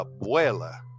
abuela